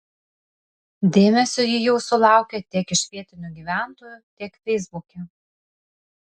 dėmesio ji jau sulaukė tiek iš vietinių gyventojų tiek feisbuke